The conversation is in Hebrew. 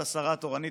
אַת השרה התורנית,